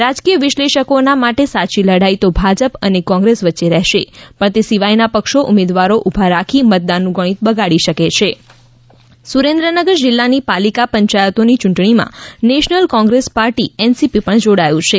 રાજકીય વિશ્લેષકોના માટે સાચી લડાઈ તો ભાજપ અને કોંગ્રેસ વચ્ચે રહેશે પણ તે સિવાયના પક્ષો ઉમેદવારો ઊભા રાખી મતદાનનું ગણિત બગાડી શકે છે યૂંટણી ઉમેદવાર પસંદગી સુરેન્દ્રનગર જિલ્લાની પાલિકા પંચાયતોની ચૂંટણીમાં નેશનલ કોંગ્રેસ પાર્ટી એનસીપી પણ જોડાયું છે